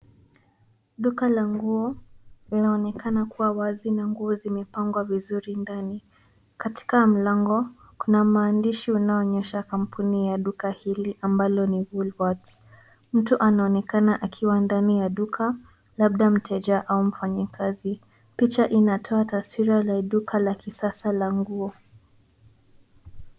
Duka la nguo laonekana kuwa wazi na nguo zimepangwa vizuri ndani katika mlango kuna maandishi yanayo onyesha jina la kampuni ya duka hili ambalo ni woolworths. Mtu anaonekana akiwa ndani ya duka labda mteja au mfanyi kazi picha inatoa taswira la duka la kisasa la nguo.